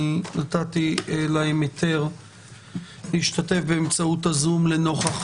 נתתי להם היתר להשתתף באמצעות הזום לנוכח